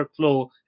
workflow